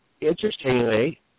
interestingly